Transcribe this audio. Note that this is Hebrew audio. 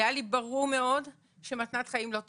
זה היה לי ברור מאוד, שמתנת חיים לא תמות.